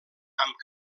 amb